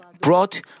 brought